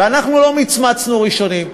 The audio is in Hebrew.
ואנחנו לא מצמצנו ראשונים,